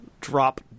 drop